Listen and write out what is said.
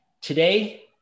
Today